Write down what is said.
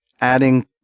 adding